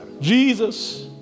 Jesus